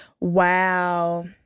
Wow